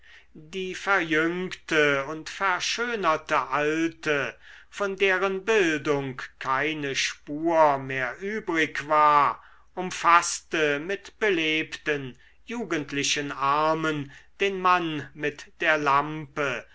die verjüngte und verschönerte alte von deren bildung keine spur mehr übrig war umfaßte mit belebten jugendlichen armen den mann mit der lampe